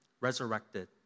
resurrected